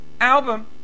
album